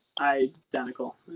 Identical